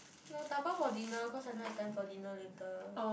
no dabao for dinner cause I don't have time for dinner later